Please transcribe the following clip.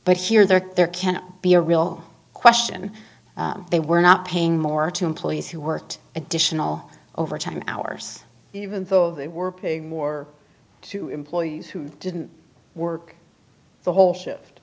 but here there there can be a real question they were not paying more to employees who worked additional overtime hours even though they were paying more to employees who didn't work the whole shift